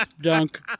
dunk